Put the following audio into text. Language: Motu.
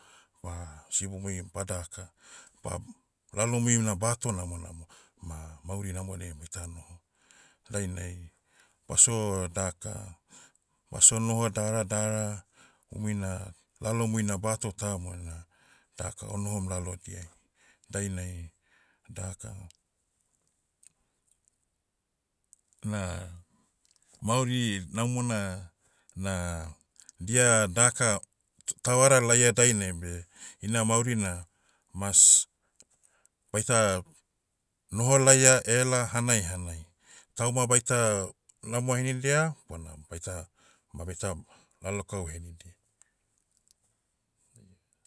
Ma, sibomui badahaka, ba- lalomui na bahato namonamo, ma mauri namodiai baita noho. Dainai, baso daka, baso noha daradara, umui na, lalomui na bato tamona, daka onohom lalodiai. Dainai, daka, na, mauri namona, na, dia daka, t- tavara laia dainai beh. Ina mauri na, mas, baita, noho laia ela hanai hanai. Tauma baita, namo henidia, bona baita, ma baita, lalokau henidia.